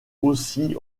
aussi